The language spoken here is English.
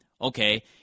Okay